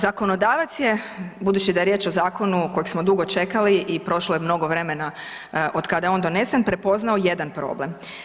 Zakonodavac je budući da je riječ o zakonu kojeg smo dugo čekali i prošlo je mnogo vremena otkada je on donesen, prepoznao jedan problem.